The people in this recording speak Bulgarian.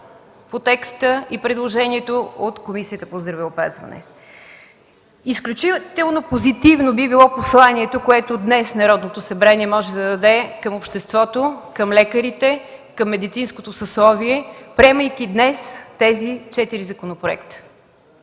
по текста и предложението от Комисията по здравеопазване. Изключително позитивно би било посланието, което днес Народното събрание може да даде към обществото, към лекарите, към медицинското съсловие, приемайки днес тези четири законопроекта.